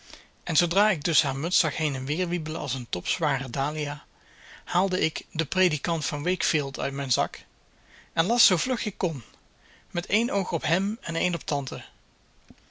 en zoodra ik dus haar muts zag heen en weer wiebelen als een topzware dahlia haalde ik de predikant van wakefield uit mijn zak en las zoo vlug ik kon met één oog op hem en één op tante